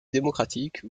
démocratique